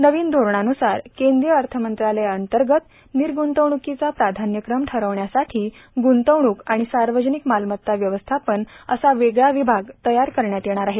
नवीन धोरणान्सार केंद्रीय अर्थमंत्रालया अंतर्गत निर्गुतवणुकीचा प्राधान्यक्रम ठरवण्यासाठी गुंतवणूक आणि सार्वजनिक मालमत्ता व्यवस्थापन असा वेगळा विभाग तयार करण्यात येणार आहे